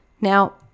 Now